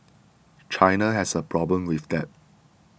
China has a problem with debt